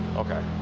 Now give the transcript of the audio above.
ok.